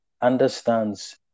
understands